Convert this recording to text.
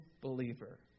believer